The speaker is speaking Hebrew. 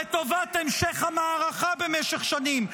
-- לטובת המשך המערכה במשך שנים,